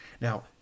Now